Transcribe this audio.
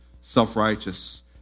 Self-righteous